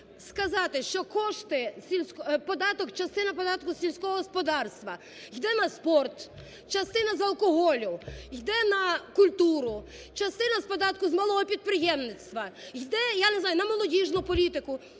податок, частина податку з сільського господарств йде на спорт, частина з алкоголю йде на культуру, частина з податку з малого підприємництва йде, я не знаю, на молодіжну політику,